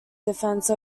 defense